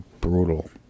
brutal